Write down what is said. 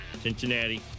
Cincinnati